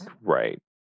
Right